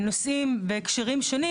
נושאים בהקשרים שונים,